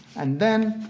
and then,